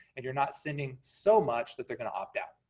and you're not sending so much that they're gonna opt-out.